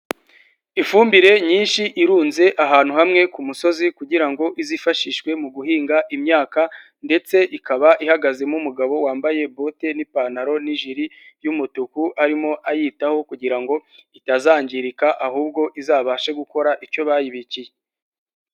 Ifumbire nyinshi irunze ahantu hamwe ku musozi kugira ngo izifashishwe mu guhinga imyaka ndetse ikaba ihagazemo umugabo wambaye bote n'ipantaro n'ijiri y'umutuku, arimo ayitaho kugirango itazangirika, ahubwo izabashe gukora icyo bayibikiye.